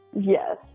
Yes